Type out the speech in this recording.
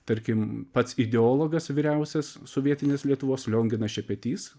tarkim pats ideologas vyriausias sovietinės lietuvos lionginas šepetys